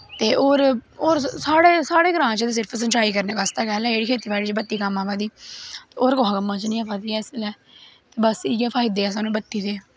ते होर साढ़े साढ़े ग्रांऽ च ते सिर्फ संचाई करने बास्तै गै लाइट खेत्ती बाड़ी च बत्ती कम्म अ'वा दी होर कुसा कम्मा च निं अ'वा दी ऐ इसलै बस इ'यै फैदे ऐ सानूं बत्ती दे